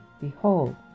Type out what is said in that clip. behold